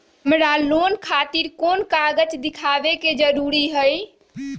हमरा लोन खतिर कोन कागज दिखावे के जरूरी हई?